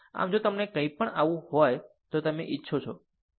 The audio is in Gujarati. આમ જો તમને કંઈપણ આવું હોય તો તમે ઇચ્છો છો ખરું